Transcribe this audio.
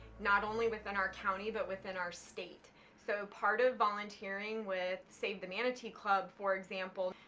not only within our county but within our state so part of volunteering with save the manatee club for example,